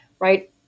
right